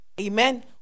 Amen